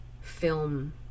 film